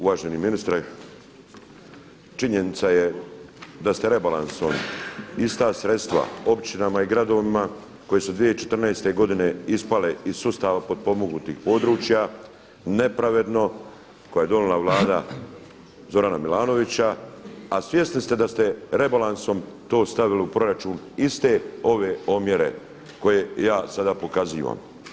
Uvaženi ministre, činjenica je da ste rebalansom ista sredstva općinama i gradovima koji su 2014. godine ispale iz sustava potpomognutih područja nepravedno koje je donijela vlada Zorana Milanovića, a svjesni ste da ste rebalansom to stavili u proračun iste ove omjere koje ja sada pokazivam.